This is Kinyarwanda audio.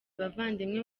bavandimwe